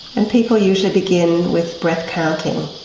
and people usually begin with breath counting.